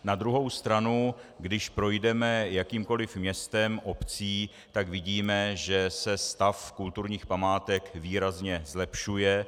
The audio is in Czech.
Na druhou stranu když projdeme jakýmkoli městem, obcí, tak vidíme, že se stav kulturních památek výrazně zlepšuje.